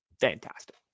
Fantastic